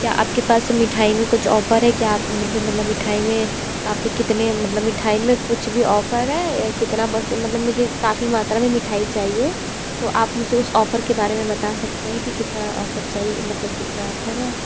क्या आप के पास मिठाई में कुछ ऑफर है क्या मुझे मतलब मिठाई में आप कितने मतलब मिठाई में कुछ भी ऑफर है या कितना पर से मतलब मुझे काफ़ी मात्रा में मिठाई चाहिए तो आप मुझे उस ऑफर के बारे में बता सकते हैं कि कितना ऑफर चाई मतलब कितना ऑफर है